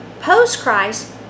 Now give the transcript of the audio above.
post-Christ